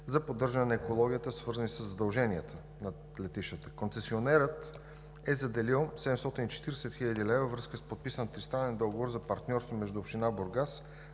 за поддържане на екологията, свързани със задълженията на летищата. Концесионерът е заделил 740 хил. лв. във връзка с подписан тристранен договор за партньорство между община Бургас,